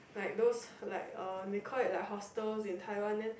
like those like uh they call it like hostels in taiwan then